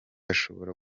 ashobora